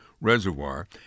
Reservoir